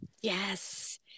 Yes